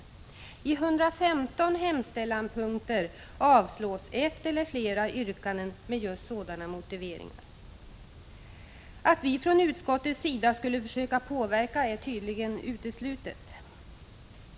På 115 punkter i hemställan avstyrks ett eller flera yrkanden med just motiveringar av detta slag. Att vi från utskottets sida skulle försöka påverka är tydligen uteslutet.